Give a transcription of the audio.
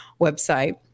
website